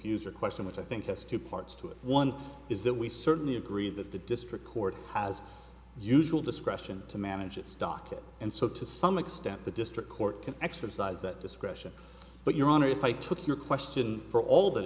a question which i think has two parts to it one is that we certainly agree that the district court has usual discretion to manage its docket and so to some extent the district court can exercise that discretion but your honor if i took your question for all that